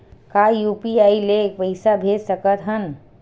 का यू.पी.आई ले पईसा भेज सकत हन?